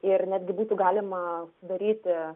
ir netgi būtų galima daryti